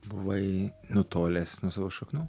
buvai nutolęs nuo savo šaknų